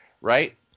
right